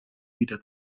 wieder